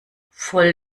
voll